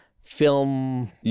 film